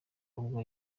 ubwo